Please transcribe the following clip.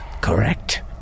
Correct